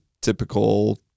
typical